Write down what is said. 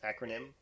acronym